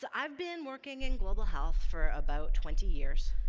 so i've been working in global health for about twenty years,